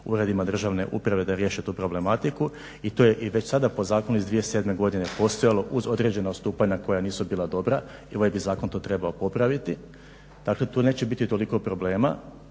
uredima državne uprave da riješe tu problematiku i već sada po zakonu iz 2007.godine postojalo određena odstupanja koja nisu bila dobra i ovaj zakon bi to trebao popraviti. Dakle tu neće biti toliko problema